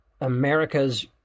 America's